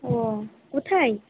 ও কোথায়